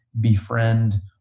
befriend